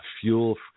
fuel